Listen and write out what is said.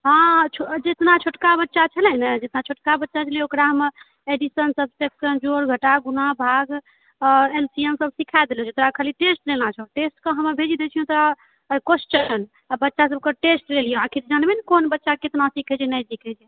हँ जेतना छोटका बच्चा छलय ने जेतना छोटका बच्चा छलय ओकरा हम एडिशन सब सभे जोड़ घटाव गुणा भाग आओर एल सी एम सब सिखा देलउ खाली टेस्ट लेना छै टेस्ट कऽहमे भेजि देलिहो तऽ क्वेश्चन अपन बच्चा सभकेँ टेस्ट ले लिहो आखिर देखबय नऽकोन बच्चा केतना सिखय छै नइ सिखय छै